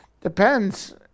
depends